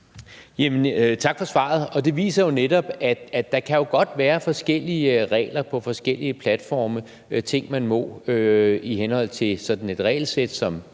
Tak for svaret. Det viser jo netop, at der godt kan være forskellige regler på forskellige platforme, altså ting man må og ikke må i henhold til sådan et regelsæt, som